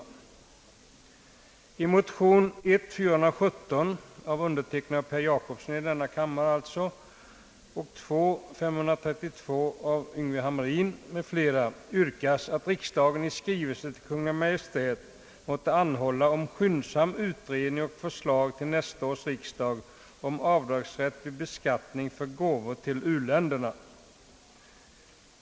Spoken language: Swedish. I de likalydande motionerna I: 417 av herr Per Jacobsson och mig samt 11: 532 av herr Yngve Hamrin i Jönköping m.fl. yrkas »att riksdagen i skrivelse till Kungl. Maj:t måtte anhålla om skyndsam utredning och förslag till nästa års riksdag om avdragsrätt vid beskattningen för gåvor till u-länder».